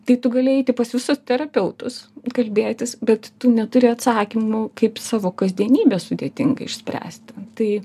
tai tu gali eiti pas visus terapeutus kalbėtis bet tu neturi atsakymų kaip savo kasdienybę sudėtinga išspręsti tai